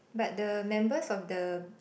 but the members of the